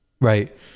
Right